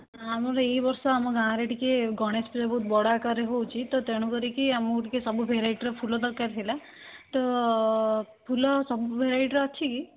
ଆମର ଏଇ ବର୍ଷ ଆମ ଗାଁରେ ଟିକିଏ ଗଣେଶ ପୂଜା ବହୁତ ବଡ଼ ଆକାରରେ ହେଉଛି ତ ତେଣୁ କରିକି ଆମକୁ ଟିକିଏ ସବୁ ଭେରାଇଟିର ଫୁଲ ଦରକାର ଥିଲା ତ ଫୁଲ ସବୁ ଭେରାଇଟିର ଅଛି କି